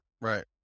Right